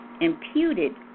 imputed